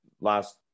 last